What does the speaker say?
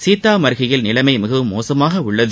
சித்தாமர்ஹியில் நிலைமை மிகவும் மோசமாக உள்ளது